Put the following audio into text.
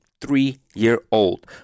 three-year-old